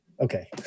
Okay